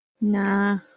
Nah